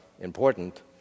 important